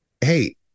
Hey